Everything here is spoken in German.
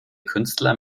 künstler